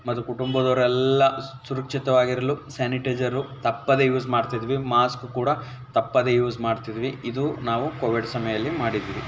ಮತ್ತು ಕುಟುಂಬದವರೆಲ್ಲ ಸುರಕ್ಷಿತವಾಗಿರಲು ಸ್ಯಾನಿಟೈಸರು ತಪ್ಪದೇ ಯೂಸ್ ಮಾಡ್ತಿದ್ವಿ ಮಾಸ್ಕು ಕೂಡ ತಪ್ಪದೇ ಯೂಸ್ ಮಾಡ್ತಿದ್ವಿ ಇದು ನಾವು ಕೋವಿಡ್ ಸಮಯಲ್ಲಿ ಮಾಡಿದ್ವಿ